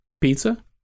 Pizza